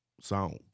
songs